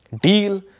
deal